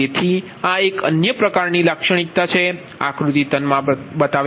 તેથી આ એક અન્ય પ્રકારની લાક્ષણિકતા છે આક્રુતિ 3 માં બતાવ્યા પ્રમાણે